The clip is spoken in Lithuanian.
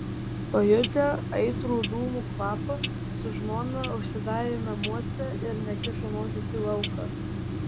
pajutę aitrų dūmų kvapą su žmona užsidarė namuose ir nekišo nosies į lauką